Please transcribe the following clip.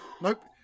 Nope